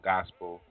Gospel